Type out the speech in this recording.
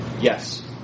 Yes